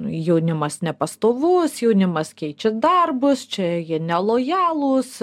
jaunimas nepastovus jaunimas keičia darbus čia jie nelojalūs